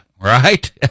right